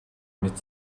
мэт